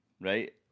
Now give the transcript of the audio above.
right